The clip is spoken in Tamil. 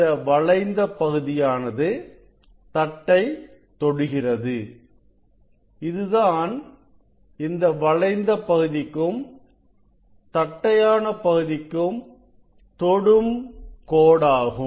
இந்த வளைந்த பகுதியானது தட்டை தொடுகிறது இதுதான் இந்த வளைந்த பகுதிக்கும் தட்டையான பகுதியும் தொடும் கோடாகும்